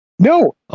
No